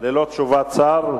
ללא תשובת שר.